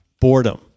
Boredom